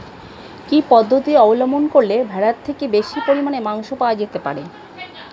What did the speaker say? কি পদ্ধতিতে অবলম্বন করলে ভেড়ার থেকে বেশি পরিমাণে মাংস পাওয়া যেতে পারে?